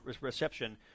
reception